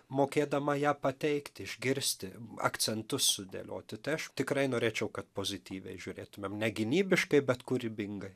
mokėdama ją pateikti išgirsti akcentus sudėlioti tai aš tikrai norėčiau kad pozityviai žiūrėtumėm ne gynybiškai bet kūrybingai